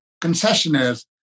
concessionaires